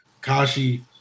Kashi